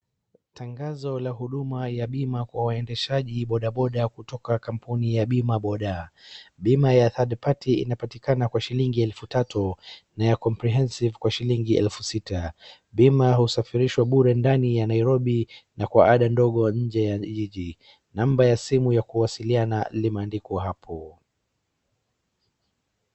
Tangazo la huduma ya bima kwa waendeshaji bodaboda kutoka kampuni ya bimaboda. Bima ya third party inapatikana kwa shilingi elfu tatu na ya comprehensive Kwa shilingi elfu sita. Bima husafirishwa bure ndani ya Nairobi na kwa ada ndogo nje ya jiji. Namba ya simu ya kuwasilina imeandikwa hapo.